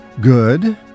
good